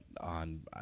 on